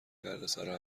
دردسرا